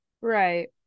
Right